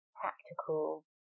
practical